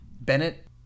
Bennett